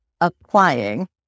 applying